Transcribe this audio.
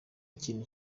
ikintu